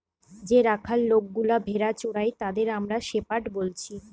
যে রাখাল লোকগুলা ভেড়া চোরাই তাদের আমরা শেপার্ড বলছি